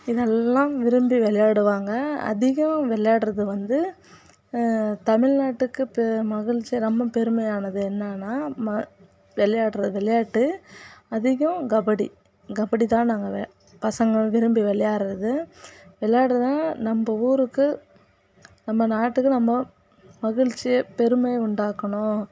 இதெல்லாம் விரும்பி விளையாடுவாங்க அதிகம் விளாட்றது வந்து தமிழ்நாட்டுக்கு பெ மகிழ்ச்சியாக ரொம்ப பெருமையானது என்னென்னா ம விளையாட்ற விளையாட்டு அதிகம் கபடி கபடி தான் நாங்கள் வெ பசங்கள் விரும்பி விளையாட்றது விளையாடுறதுன்னா நம்ம ஊருக்கு நம்ப நாட்டுக்கு நம்ம மகிழ்ச்சியை பெருமையை உண்டாக்கணும்